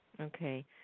Okay